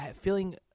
feeling